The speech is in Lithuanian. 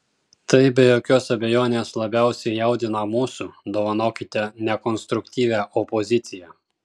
tai be jokios abejonės labiausiai jaudina mūsų dovanokite nekonstruktyvią opoziciją